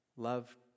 Love